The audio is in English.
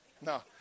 No